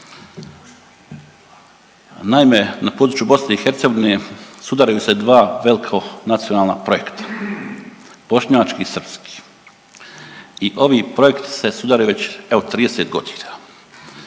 Naime, na području BiH sudaraju se dva velko nacionalna projekta bošnjački i srpski. I ovi projekti se sudaraju već evo 30 godina.